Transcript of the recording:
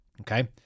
Okay